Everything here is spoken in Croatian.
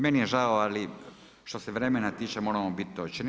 Meni je žao, ali što se vremena tiče moramo biti točni.